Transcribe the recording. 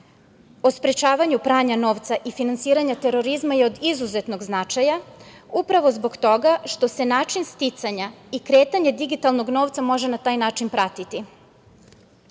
o sprečavanju pranja novca i finansiranja terorizma je od izuzetnog značaja upravo zbog toga što se način sticanja i kretanje digitalnog novca može na taj način pratiti. Ovaj